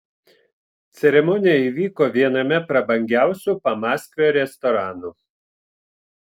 ceremonija įvyko viename prabangiausių pamaskvio restoranų